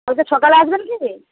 কালকে সকালে আসবেন কি